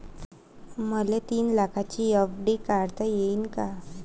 मले तीन लाखाची एफ.डी काढता येईन का?